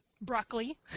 broccoli